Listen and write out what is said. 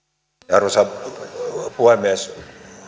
arvoisa puhemies